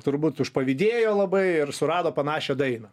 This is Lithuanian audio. turbūt užpavydėjo labai ir surado panašią dainą